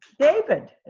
david.